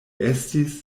estis